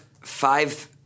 five